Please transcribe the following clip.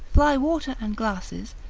fly water and glasses,